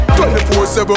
24-7